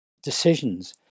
decisions